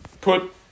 put